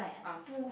ah